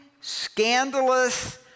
scandalous